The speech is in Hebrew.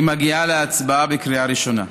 היא מגיעה להצבעה בקריאה ראשונה.